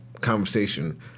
conversation